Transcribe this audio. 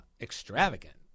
extravagant